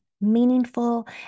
meaningful